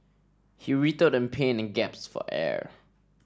he writhed in pain and gasped for air